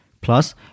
Plus